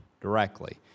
directly